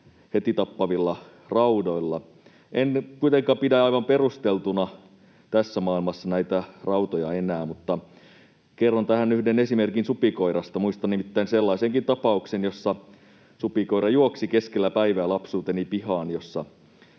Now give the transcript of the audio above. heti tappavilla raudoilla. En kuitenkaan pidä aivan perusteltuna tässä maailmassa näitä rautoja enää. Kerron tähän yhden esimerkin supikoirasta. Muistan nimittäin sellaisenkin tapauksen, jossa supikoira juoksi keskellä päivää lapsuuteni pihaan. Se